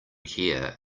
here